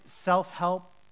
self-help